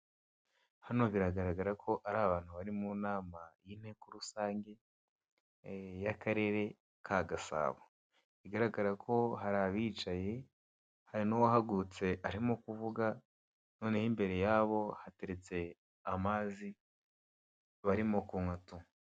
Hano biragaragara ko ari abantu bari mu nama y'inteko rusange y'akarere a Gasabo, bigaragara kon hari abicaye, hari n'uwahagurutse arimo kuvuga, noneho imbere yabo hateretse amazi barimo kunywa tu.